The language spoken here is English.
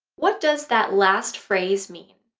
what does that last phrase mean?